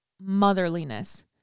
motherliness